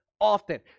often